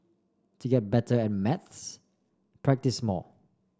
to get better at maths practise more